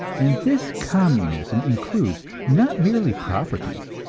and this communism includes, not merely property,